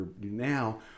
now